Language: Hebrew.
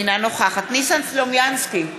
אינה נוכחת ניסן סלומינסקי,